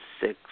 six